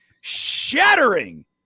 shattering